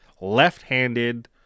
left-handed